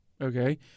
Okay